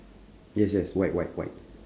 yes yes white white white